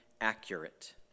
accurate